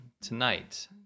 Tonight